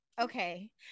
Okay